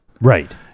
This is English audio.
Right